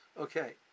Okay